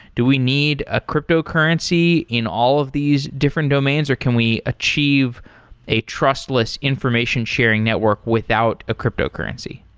do we need a cryptocurrency in all of these different domains, or can we achieve a trustless information sharing network without a cryptocurrency?